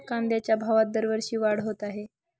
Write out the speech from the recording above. कांद्याच्या भावात दरवर्षी वाढ होत आहे